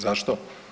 Zašto?